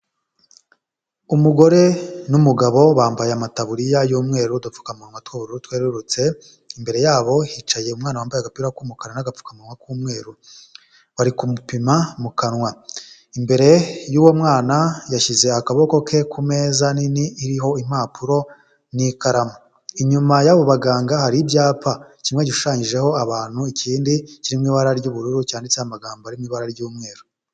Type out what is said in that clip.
Umugore n'umugabo bambaye amataburiya y'umweru n'udupfukamunwa tw'ubururu twerurutse imbere yabo hicaye umwana wambaye agapira k'umukara n'agapfukamuwa k'umweru bari kumupima mu kanwa imbere y'uwo mwana yashyize akaboko ke ku meza nini iriho impapuro n'ikaramu inyuma y'abo baganga hari ibyapa kimwe gishushanyijeho abantu ikindi kiri mu ibara ry'ubururu cyanditse amagambo ari mu ibara ry'umweru.